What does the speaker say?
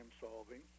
solving